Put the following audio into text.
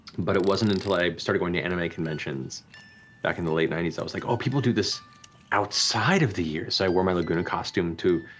but it wasn't until i started going to anime conventions back in the late ninety s, i was like oh, people do this outside of the year, so i wore my laguna costume to,